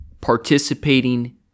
participating